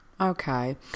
Okay